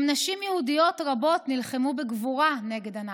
גם נשים יהודיות רבות נלחמו בגבורה נגד הנאצים.